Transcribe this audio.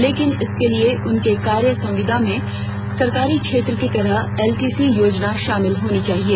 लेकिन इसके लिए उनके कार्य संविदा में सरकारी क्षेत्र की तरह एलटीसी योजना शामिल होनी चाहिए